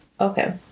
Okay